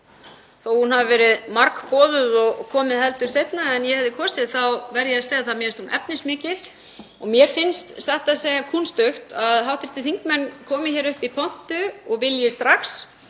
að hún hafi verið margboðuð og komið heldur seinna en ég hefði kosið verð ég að segja að mér finnst hún efnismikil. Mér finnst satt að segja kúnstugt að hv. þingmenn komi hingað upp í pontu og vilji strax